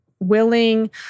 willing